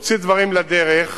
תוציא דברים לדרך,